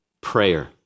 Prayer